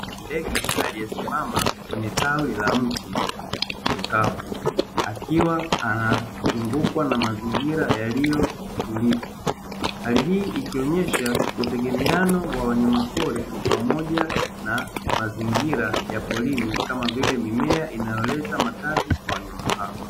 Ndege aliyesimama kwenye tawi la mti mkavu akiwa amezungukwa na mazingira yaliyotulivu. Hali hii ikionyesha mtegemeano wa wanyama pori pamoja na mazingira ya porini kama vile mimea inayoleta makazi kwa wanyama hao.